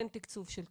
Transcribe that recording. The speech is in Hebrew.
אין תקצוב של כביש.